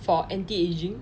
for anti aging